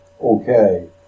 okay